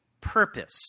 purpose